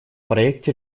проекте